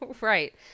right